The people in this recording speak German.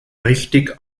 richtig